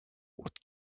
what